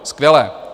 Skvělé!